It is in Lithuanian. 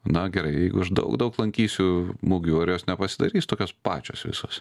na gerai jeigu aš daug daug lankysiu mugių ar jos nepasidarys tokios pačios visos